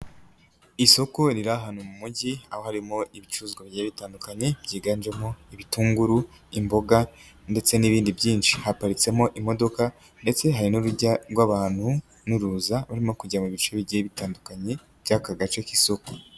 Isoko riri ahantu mu mugi aho harimo ibicuruzwa bigiye bitandukanye byiganjemo ibitunguru, imboga ndetse n'ibindi byinshi. Haparitsemo imodoka ndetse hari n'urujya rw'abantu n'uruza barimo kujya mu bice bigiye bitandukanye by'aka gace k'isoko.